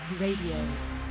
Radio